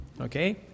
okay